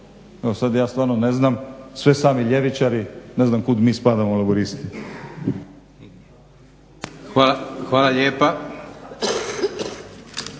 ja sada stvarno ne znam. Sve sami ljevičari ne znam kuda mi spadamo Laburisti. **Leko, Josip